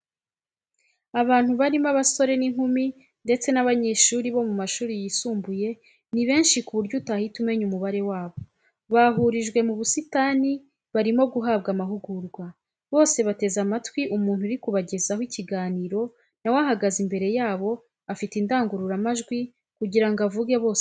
Abantu barimo abasore n'inkumi ndetse n'abanyeshuri bo mu mashuri yisumbuye ni benshi ku buryo utahita umenya umubare wabo, bahurijwe mu busitanii barimo guhabwa amahugurwa, bose bateze amatwi umuntu uri kubagezaho ikiganiro nawe ahagaze imbere yabo afite indangururamajwi kugirango avuge bose bumve.